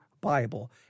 Bible